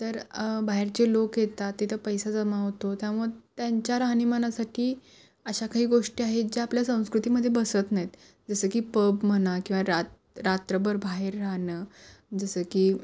तर बाहेरचे लोक येतात तिथं पैसा जमा होतो त्यामुळे त्यांच्या राहणीमानासाठी अशा काही गोष्टी आहेत ज्या आपल्या संस्कृतीमदे बसत नाहित जसं की पब म्हणा किंवा रात रात्रभर बाहेर राहणं जसं की